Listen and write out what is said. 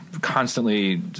constantly